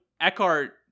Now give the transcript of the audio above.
Eckhart